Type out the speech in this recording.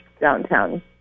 downtown